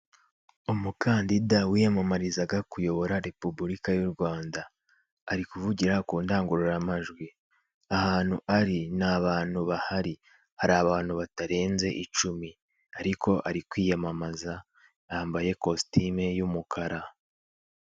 Umukandida wiyamamarizaga kuyobora repubulika y'u Rwanda, ari kuvugira ku ndangururamajwi. Ahantu ari nta bantu bahari, hari abantu batarenze icumi ariko ari kwiyamamaza yambaye kositime y'umukara.